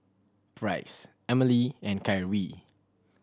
Price Emilee and Kyree